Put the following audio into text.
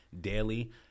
daily